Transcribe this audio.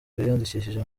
biyandikishije